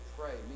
pray